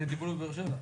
אבל אין טיפול בבאר שבע.